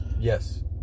Yes